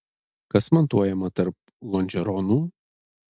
kas montuojama tarp lonžeronų